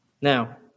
Now